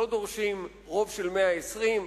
לא דורשים רוב של 120,